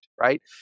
right